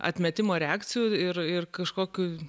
atmetimo reakcijų ir ir kažkokių